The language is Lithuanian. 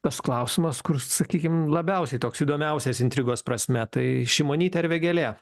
tas klausimas kur sakykim labiausiai toks įdomiausias intrigos prasme tai šimonytė ar vėgėlė